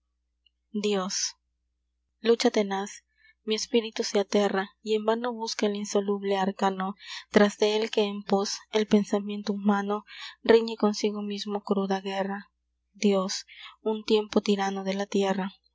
dios lucha tenaz mi espíritu se aterra y en vano busca el insoluble arcano tras de el que en pos el pensamiento humano riñe consigo mismo cruda guerra dios un tiempo tirano de la tierra